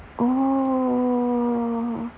oh